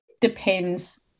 depends